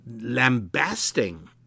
lambasting